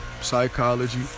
psychology